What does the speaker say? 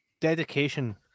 Dedication